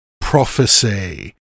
prophecy